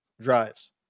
drives